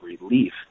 relief